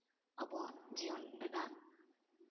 ᱟᱵᱚᱣᱟᱜ ᱡᱤᱭᱚᱱ ᱨᱮᱱᱟᱜ